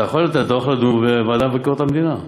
אתה יכול לדון בדוח בוועדה לביקורת המדינה.